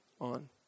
on